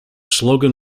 slogan